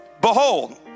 behold